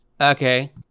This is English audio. okay